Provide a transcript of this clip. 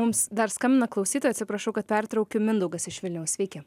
mums dar skambina klausytojas atsiprašau kad pertraukiu mindaugas iš vilniaus sveiki